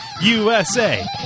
USA